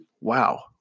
wow